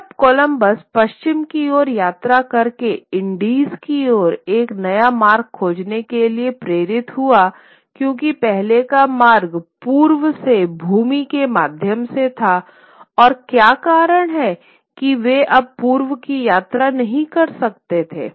जब कोलंबस पश्चिम की ओर यात्रा करके इंडीज़ की ओर एक नया मार्ग खोजने के लिए प्रेरित हुआ क्योंकि पहले का मार्ग पूर्व से भूमि के माध्यम से था और क्या कारण है कि वे अब पूर्व की यात्रा नहीं कर सकते थे